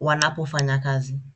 wanapofanya kazi.